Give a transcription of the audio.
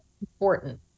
important